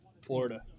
Florida